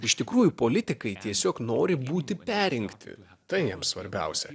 iš tikrųjų politikai tiesiog nori būti perrinkti tai jiem svarbiausia